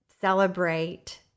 celebrate